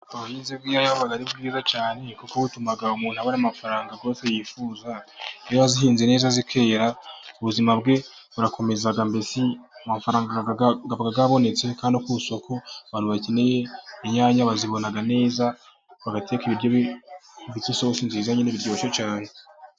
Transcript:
Ubuhinzi bw'inyanya buba ari bwiza cyane kuko bitumaga umuntu abona amafaranga rwose yifuza, iyo wazihinze neza zikera, ubuzima bwe burakomeza mbese amafaranga aba yabonetse kandi ku isoko abantu bakeneye inyanya bazibona neza bagateka ibiryo ndetse isosi nziza nyine biryoshye cyane.